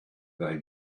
they